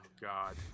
God